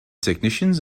technicians